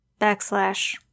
backslash